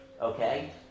okay